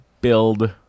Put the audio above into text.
build